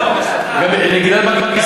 גם את זה היא אמרה,